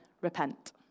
repent